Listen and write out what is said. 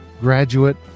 graduate